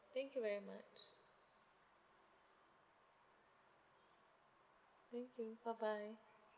thank you very much thank you bye bye